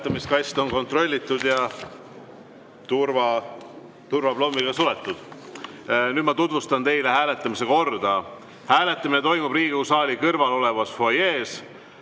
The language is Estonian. Hääletamiskast on kontrollitud ja turvaplommiga suletud. Nüüd ma tutvustan teile hääletamise korda. Hääletamine toimub Riigikogu saali kõrval olevas fuajees.